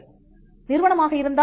மாணவன் நிறுவனம் ஆக இருந்தால்